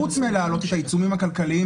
חוץ מלהעלות את העיצומים הכלכליים,